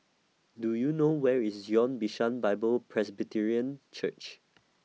Do YOU know Where IS Zion Bishan Bible Presbyterian Church